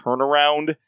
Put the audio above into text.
turnaround